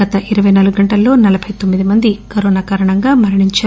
గత ఇరపై నాలుగు గంటల్లో నలబైతోమ్మిది మంది కరోనా కారణంగా మరణించారు